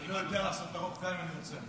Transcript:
אני לא יודע לעשות ארוך גם אם אני רוצה.